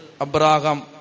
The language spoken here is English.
Abraham